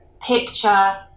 picture